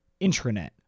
intranet